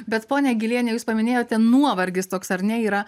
bet ponia giliene jūs paminėjote nuovargis toks ar ne yra